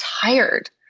tired